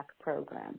program